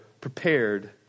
prepared